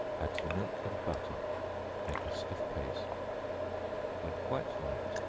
add the milk and butter make a stiff paste when quite light,